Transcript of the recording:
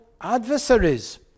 adversaries